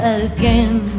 again